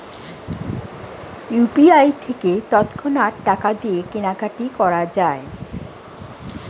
UPI থেকে তৎক্ষণাৎ টাকা দিয়ে কেনাকাটি করা যায়